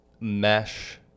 mesh